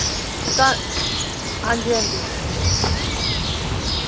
का हां जी हां जी